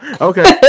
Okay